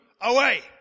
away